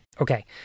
Okay